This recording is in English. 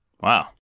Wow